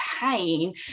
pain